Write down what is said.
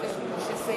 בבקשה, אדוני.